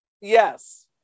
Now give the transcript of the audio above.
yes